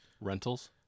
Rentals